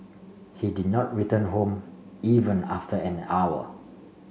he did not return home even after an hour